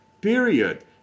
period